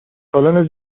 سالن